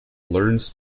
learns